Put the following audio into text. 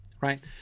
Right